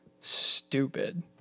stupid